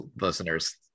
listeners